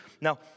Now